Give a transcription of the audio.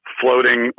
floating